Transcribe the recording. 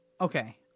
Okay